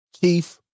Keith